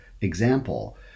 example